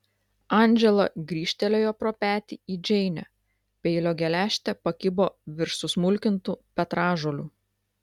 andžela grįžtelėjo pro petį į džeinę peilio geležtė pakibo virš susmulkintų petražolių